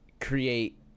create